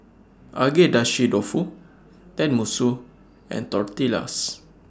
Agedashi Dofu Tenmusu and Tortillas